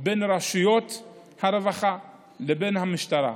בין רשויות הרווחה לבין המשטרה,